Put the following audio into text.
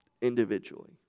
individually